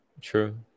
True